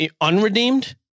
Unredeemed